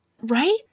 Right